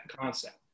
concept